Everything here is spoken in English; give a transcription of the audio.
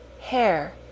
hair